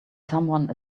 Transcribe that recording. someone